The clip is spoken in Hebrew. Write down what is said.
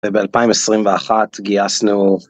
וב-2021 גייסנו.